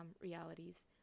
realities